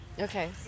Okay